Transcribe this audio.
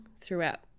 throughout